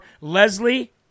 Leslie